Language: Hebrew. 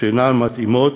שאינן מתאימות,